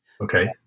Okay